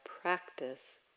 practice